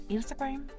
Instagram